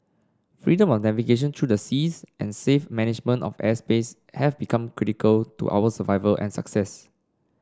freedom of navigation through the seas and safe management of airspace have been critical to our survival and success